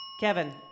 Kevin